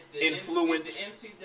influence